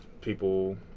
people